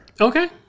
Okay